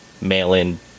mail-in